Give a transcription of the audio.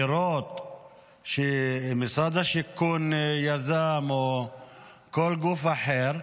דירות שמשרד השיכון יזם או כל גוף אחר,